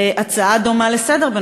הצעה דומה לסדר-היום,